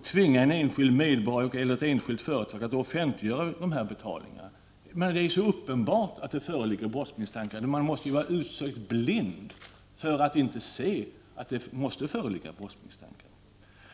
tvinga en enskild medborgare eller ett enskilt företag att offentliggöra de betalningarna! Det är ju så uppenbart att det föreligger brottsmisstanke. Man måste vara blind för att inte se att det kan föreligga brott.